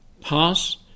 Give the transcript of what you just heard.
Pass